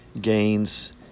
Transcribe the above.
gains